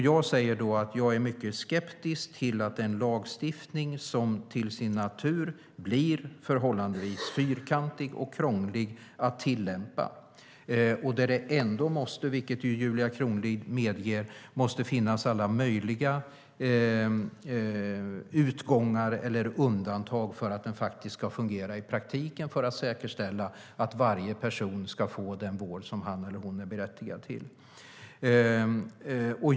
Jag säger då att jag är mycket skeptisk till en lagstiftning som till sin natur blir förhållandevis fyrkantig och krånglig att tillämpa och där det måste finnas, vilket Julia Kronlid medger, alla möjliga utgångar eller undantag för att den ska fungera i praktiken för att man ska kunna säkerställa att varje person får den vård som han eller hon är berättigad till.